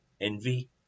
envy